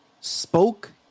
spoke